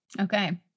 Okay